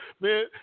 Man